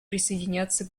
присоединяться